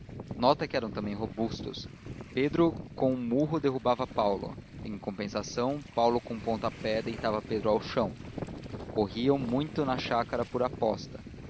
nota que eram também robustos pedro com um murro derrubava paulo em compensação paulo com um pontapé deitava pedro ao chão corriam muito na chácara por aposta